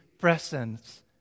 presence